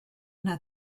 yna